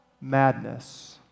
madness